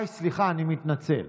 סליחה, אני מתנצל,